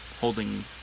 holding